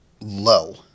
low